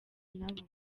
nabo